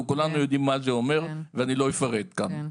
וכולנו יודעים מה זה אומר ואני לא אפרט כאן.